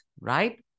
right